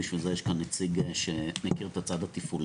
בשביל זה יש כאן נציג שמכיר את הצד התפעולי.